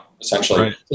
essentially